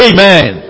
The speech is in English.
Amen